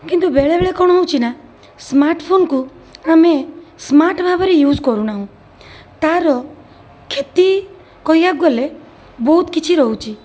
କିନ୍ତୁ ବେଳେବେଳେ କ'ଣ ହେଉଛି ନା ସ୍ମାର୍ଟ ଫୋନକୁ ଆମେ ସ୍ମାର୍ଟ ଭାବରେ ୟୁଜ୍ କରୁନାହୁଁ ତା'ର କ୍ଷତି କହିବାକୁ ଗଲେ ବହୁତ କିଛି ରହୁଛି